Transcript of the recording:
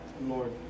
Lord